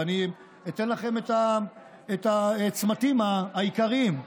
אני אתן לכם את הצמתים העיקריים.